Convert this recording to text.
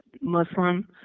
Muslim